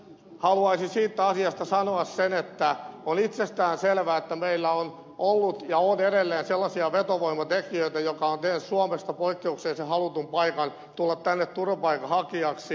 haluaisin siitä asiasta sanoa sen että on itsestäänselvää että meillä on ollut ja on edelleen sellaisia vetovoimatekijöitä jotka ovat tehneet suomesta poikkeuksellisen halutun paikan tulla tänne turvapaikanhakijaksi